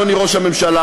אדוני ראש הממשלה,